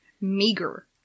Meager